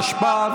התשפ"ב,